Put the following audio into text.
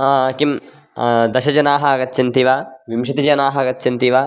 किं दशजनाः आगच्छन्ति वा विंशतिजनाः आगच्छन्ति वा